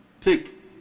take